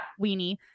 weenie